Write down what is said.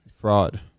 Fraud